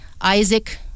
Isaac